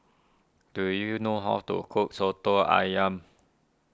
do you know how to cook Soto Ayam